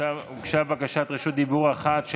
הוגשה בקשת רשות דיבור אחת,